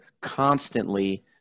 constantly